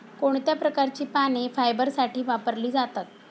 कोणत्या प्रकारची पाने फायबरसाठी वापरली जातात?